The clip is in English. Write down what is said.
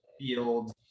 field